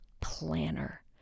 planner